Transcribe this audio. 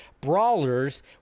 brawlers